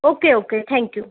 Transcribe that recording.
okay okay thank you